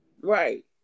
Right